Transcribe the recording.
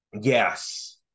Yes